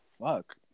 fuck